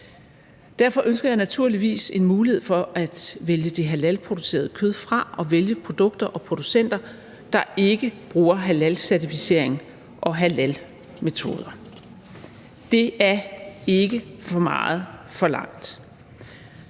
Derfor ønsker jeg naturligvis en mulighed for at vælge det halalproducerede kød fra og vælge produkter og producenter, der ikke bruger halalcertificering og halalmetoder. Det er ikke for meget forlangt.